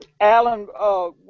Alan